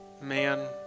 man